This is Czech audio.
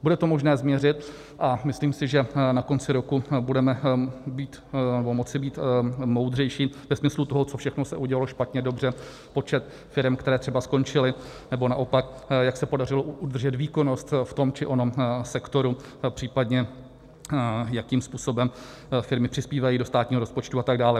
Bude to možné změřit a myslím si, že na konci roku budeme moci být moudřejší ve smyslu toho, co všechno se udělalo špatně, dobře, počet firem, které naopak skončily, nebo naopak jak se podařilo udržet výkonnost v tom či onom sektoru, případně jakým způsobem firmy přispívají do státního rozpočtu, a tak dále.